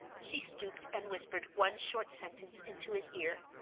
she stooped and whispered one short sentence into his ear.